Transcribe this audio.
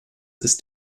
ist